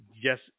Yes